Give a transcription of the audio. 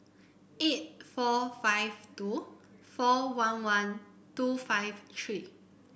eight four five two four one one two five three